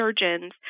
surgeons